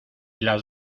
las